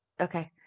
Okay